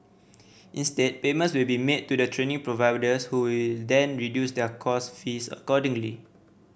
instead payments will be made to the training providers who will then reduce their course fees accordingly